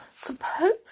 Suppose